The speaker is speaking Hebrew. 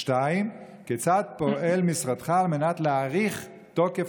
2. כיצד פועל משרדך על מנת להאריך את תוקף